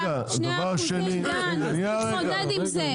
1.2% דן, איך נתמודד עם זה?